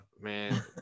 man